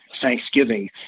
thanksgiving